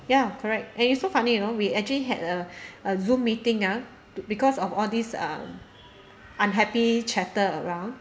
ya correct and it's so funny you know we actually had a a zoom meeting ah because of all these um unhappy chatter